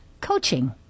coaching